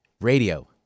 Radio